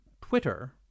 Twitter